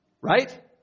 Right